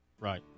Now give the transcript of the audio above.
right